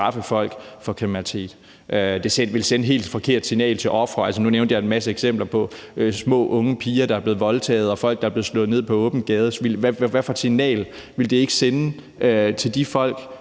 at straffe folk for kriminalitet. Det vil sende et helt forkert signal til ofrene. Nu nævnte jeg en masse eksempler på små unge piger, der er blevet voldtaget, og folk, der er blevet slået ned på åben gade – hvad for et signal ville det ikke sende til de folk,